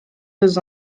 deux